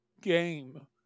game